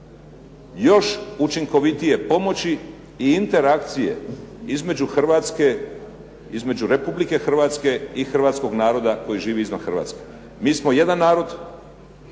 još učinkovitije pomoći i interakcije između Hrvatske, između Republike Hrvatske i hrvatskog naroda koji živi izvan Hrvatske. Mi smo jedan narod,